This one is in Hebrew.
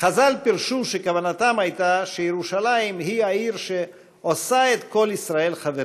חז"ל פירשו שכוונתם הייתה שירושלים היא העיר שעושה את כל ישראל חברים.